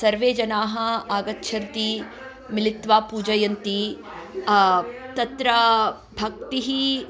सर्वे जनाः आगच्छन्ति मिलित्वा पूजयन्ति तत्र भक्तिः